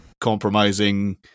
compromising